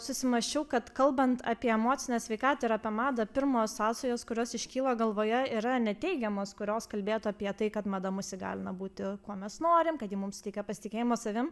susimąsčiau kad kalbant apie emocinę sveikatą ir apie madą pirmos sąsajos kurios iškyla galvoje yra ne teigiamos kurios kalbėtų apie tai kad mada mus įgalina būti kuo mes norim kad ji mum suteikia pasitikėjimo savim